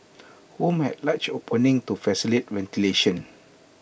rooms had large openings to facilitate ventilation